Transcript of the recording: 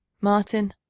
martin,